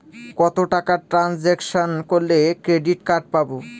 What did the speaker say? কত টাকা ট্রানজেকশন করলে ক্রেডিট কার্ড পাবো?